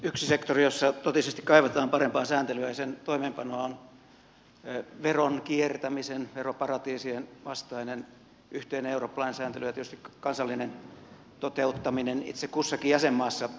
yksi sektori jossa totisesti kaivataan parempaa sääntelyä ja sen toimeenpanoa on veron kiertämisen veroparatiisien vastainen yhteinen eurooppalainen sääntely ja tietysti kansallinen toteuttaminen itse kussakin jäsenmaassa